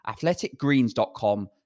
athleticgreens.com